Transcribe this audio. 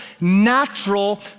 natural